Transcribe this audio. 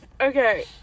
Okay